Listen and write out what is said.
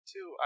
Two